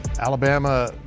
Alabama